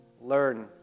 learn